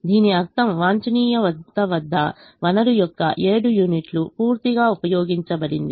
దీని అర్థం వాంఛనీయ వద్ద వనరు యొక్క 7 యూనిట్లు పూర్తిగా ఉపయోగించబడింది